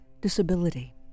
disability